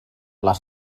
clar